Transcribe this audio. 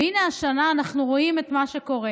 והינה, השנה אנחנו רואים את מה שקורה.